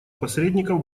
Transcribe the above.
посредников